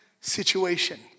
situation